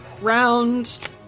round